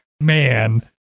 Man